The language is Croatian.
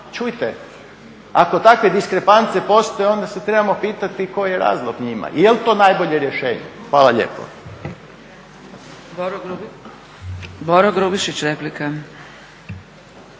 čujete, ako takve diskrepancije postoje onda se trebamo pitati koji je razlog njima i je li to najbolje rješenje. Hvala lijepo.